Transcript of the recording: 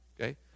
Okay